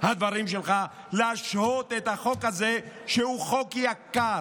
הדברים שלך ולהשהות את החוק הזה, שהוא חוק יקר